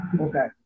Okay